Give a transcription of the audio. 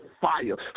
fire